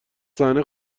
صحنه